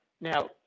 now